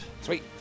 Sweet